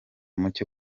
muke